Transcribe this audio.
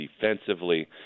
defensively